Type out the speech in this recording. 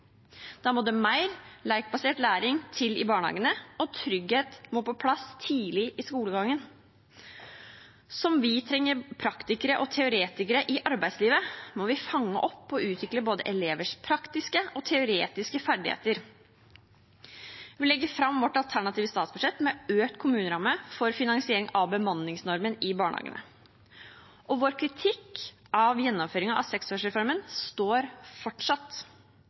Da må det mer lekbasert læring til i barnehagene, og trygghet må på plass tidlig i skolegangen. Som vi trenger praktikere og teoretikere i arbeidslivet, må vi fange opp og utvikle elevers både praktiske og teoretiske ferdigheter. Vi legger fram vårt alternative statsbudsjett med økt kommuneramme for finansiering av bemanningsnormen i barnehagene. Vår kritikk av gjennomføringen av seksårsreformen står fortsatt.